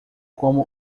como